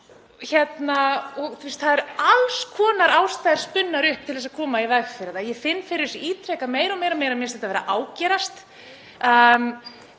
Það eru alls konar ástæður spunnar upp til að koma í veg fyrir það. Ég finn fyrir því ítrekað, meira og meira. Mér finnst þetta vera að ágerast.